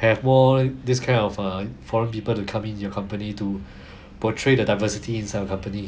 have more this kind of err foreign people to come in your company to portray the diversity inside your company